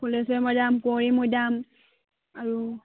মৈদাম কুঁৱৰী মৈদাম আৰু